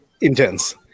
intense